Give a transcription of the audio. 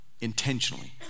intentionally